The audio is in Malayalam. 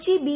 കൊച്ചി ബി